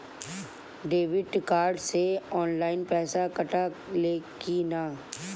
Debit card से online पैसा कटा ले कि ना?